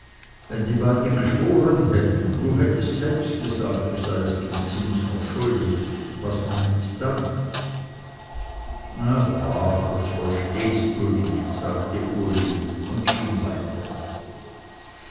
wenn die beiden geschworen hätten du hättest selbst gesagt du seiest den zins noch schuldig was meinst dann ah bah das verstehst du nicht sagte uli und ging weiter